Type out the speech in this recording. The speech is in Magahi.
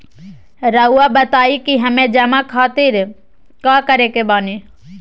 रहुआ बताइं कि हमें जमा खातिर का करे के बानी?